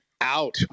out